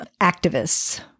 activists